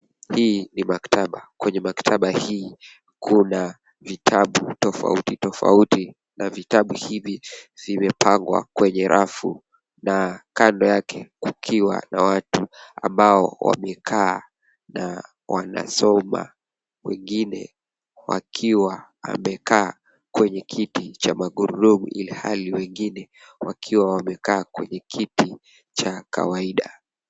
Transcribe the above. Hii ni maktaba. Kwenye maktaba hii kuna vitabu tofauti tofauti. Na vitabu hivi vimepangwa kwenye rafu. Na kando yake kukiwa na watu ambao wamekaa na wanasoma. Wengine wakiwa amekaa kwenye kiti cha magurudumu ilhali wengine wakiwa wamekaa kwenye kiti cha kawaida.